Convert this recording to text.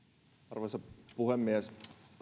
arvoisa puhemies